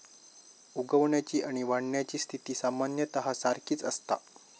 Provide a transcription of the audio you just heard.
उगवण्याची आणि वाढण्याची स्थिती सामान्यतः सारखीच असता